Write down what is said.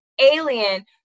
alien